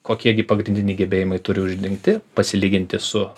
kokie gi pagrindiniai gebėjimai turi uždengti pasilyginti su